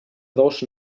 dos